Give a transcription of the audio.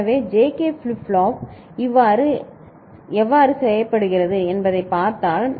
எனவே இந்த JK flip flop இணைப்பு எவ்வாறு செய்யப்படுகிறது என்பதைப் பார்த்தால்